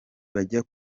bajya